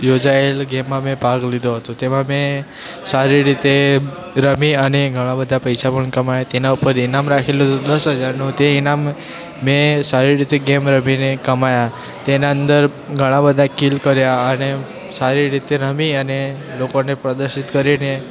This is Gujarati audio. યોજાયેલ ગેમમાં મેં ભાગ લીધો હતો તેમાં મેં સારી રીતે રમી અને ઘણા બધા પૈસા પણ કમાવ્યા તેના પર ઈનામ રાખેલું હતું દસ હજારનું તે ઈનામ મેં સારી રીતે ગેમ રમીને કમાયા તેના અંદર ઘણા બધા કિલ કર્યા અને સારી રીતે રમી અને લોકોને પ્રદર્શિત કરીને